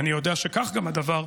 ואני יודע שכך גם הדבר,